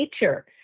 nature